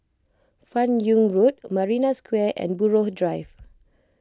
Fan Yoong Road Marina Square and Buroh Drive